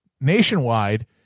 nationwide